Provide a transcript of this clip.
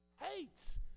hates